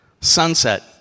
sunset